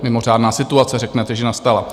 Mimořádná situace, řeknete, že nastala.